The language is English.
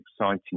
exciting